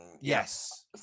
yes